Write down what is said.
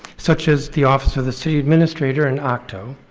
such as the office of the city administrator and octo,